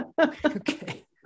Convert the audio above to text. Okay